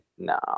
No